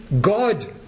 God